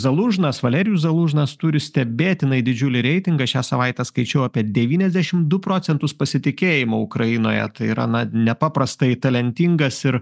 zalūžnas valerijus zalūžnas turi stebėtinai didžiulį reitingą šią savaitę skaičiau apie devyniasdešim du procentus pasitikėjimo ukrainoje tai yra na nepaprastai talentingas ir